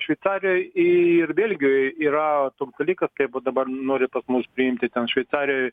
šveicarijoj ir belgijoj yra toks dalykas kaip va dabar nori pas mus priimti ten šveicarijoj